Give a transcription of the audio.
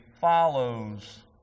follows